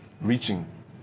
reaching